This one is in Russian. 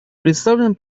представленном